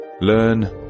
learn